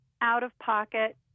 out-of-pocket